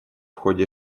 ходе